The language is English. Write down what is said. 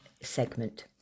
segment